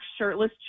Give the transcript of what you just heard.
shirtless